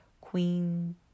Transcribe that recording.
Queen